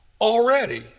Already